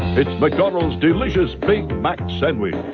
it's mcdonald's delicious big mac sandwich!